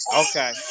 Okay